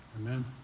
Amen